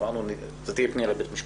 אמרנו שזו תהיה פניה לבית משפט.